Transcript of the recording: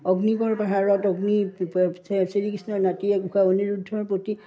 অগ্নিগড় পাহাৰত অগ্নি শ্ৰীকৃষ্ণৰ নাতিয়েক উষা অনিৰুদ্ধৰ প্ৰতি